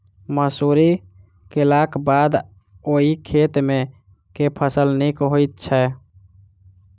मसूरी केलाक बाद ओई खेत मे केँ फसल नीक होइत छै?